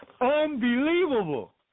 Unbelievable